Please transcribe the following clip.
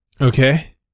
Okay